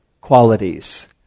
qualities